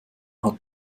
hat